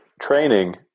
training